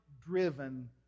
driven